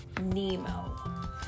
Nemo